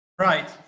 Right